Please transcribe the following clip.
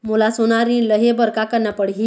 मोला सोना ऋण लहे बर का करना पड़ही?